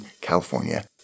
California